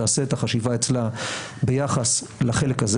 תעשה את החשיבה אצלה ביחס לחלק הזה